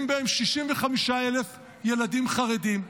במוסדות פטור לומדים 65,000 ילדים חרדים,